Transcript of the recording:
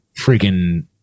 freaking